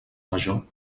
major